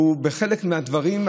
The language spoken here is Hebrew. ובחלק מהדברים,